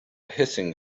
hissing